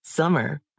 Summer